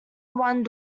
one